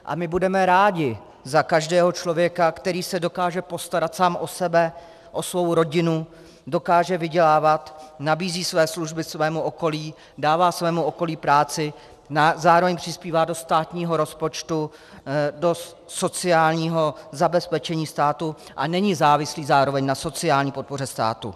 A my budeme rádi za každého člověka, který se dokáže postarat sám o sebe, o svou rodinu, dokáže vydělávat, nabízí své služby svému okolí, dává svému okolí práci, zároveň přispívá do státního rozpočtu, do sociálního zabezpečení státu a není závislý zároveň na sociální podpoře státu.